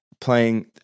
playing